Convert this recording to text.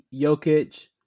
Jokic